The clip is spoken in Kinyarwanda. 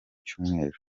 cyumweru